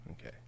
okay